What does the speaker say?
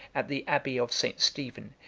at the abbey of st. stephen,